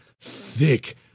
thick